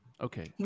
okay